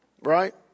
Right